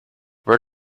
where